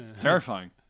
Terrifying